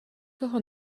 toho